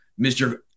Mr